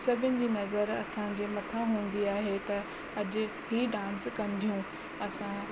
सभिनि जी नज़र असां जे मथां हूंदी आहे त अॼु ई डांस कंदियूं